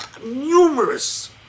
numerous